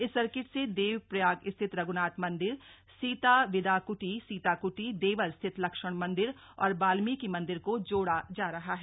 इस सर्किट से देवप्रयाग स्थित रघ्नाथ मंदिर सीताविदाकुटी सीता कुटी देवल स्थित लक्ष्मण मंदिर और वाल्मीकि मंदिर को जोड़ा जा रहा है